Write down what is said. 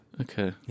Okay